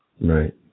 Right